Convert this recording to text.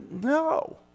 No